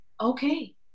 okay